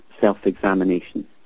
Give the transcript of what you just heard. self-examination